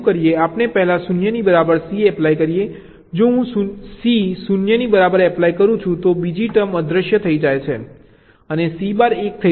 આપણે પહેલા 0 ની બરાબર C એપ્લાય કરીએ જો હું C 0 ની બરાબર એપ્લાય કરું તો બીજી ટર્મ અદૃશ્ય થઈ જાય છે અને C બાર 1 થઈ જાય છે